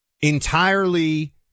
entirely